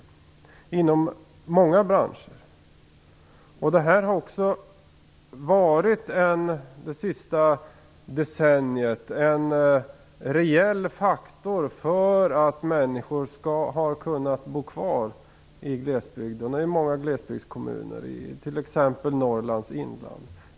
Det gäller inom många branscher. Detta har under det senaste decenniet utgjort en reell faktor för människors möjligheter att bo kvar i många glesbygdskommuner, t.ex. i Norrlands inland.